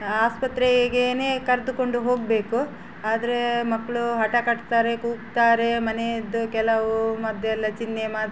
ಆಸ್ಪತ್ರೆಗೇ ಕರೆದುಕೊಂಡು ಹೋಗಬೇಕು ಆದರೆ ಮಕ್ಕಳು ಹಠ ಕಟ್ತಾರೆ ಕೂಗ್ತಾರೆ ಮನೆಯದ್ದು ಕೆಲವು ಮದ್ದೆಲ್ಲ ಚಿನ್ನೆ ಮಾ